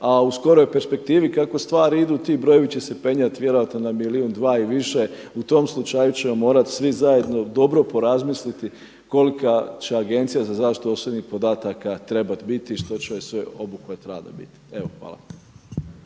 a u skoroj perspektivi kako stvari idu ti brojevi će se penjati vjerojatno na milijun, dva i više u tom slučaju ćemo morati svi zajedno dobro porazmisliti kolika će Agencija za zaštitu osobnih podataka trebat biti i što će joj sve obuhvat rada biti. Hvala.